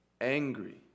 Angry